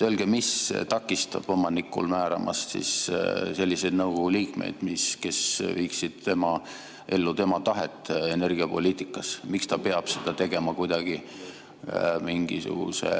Öelge, mis takistab omanikul määramast selliseid nõukogu liikmeid, kes viiksid ellu tema tahet energiapoliitikas. Miks ta peab seda tegema kuidagi nii, et justkui